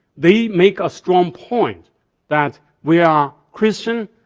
they make a strong point that we are christian,